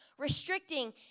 restricting